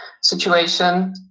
situation